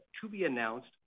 to-be-announced